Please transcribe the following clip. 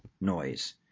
noise